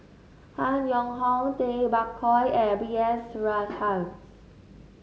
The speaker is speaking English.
Han Yong Hong Tay Bak Koi and B S Rajhans